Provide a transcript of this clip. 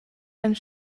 and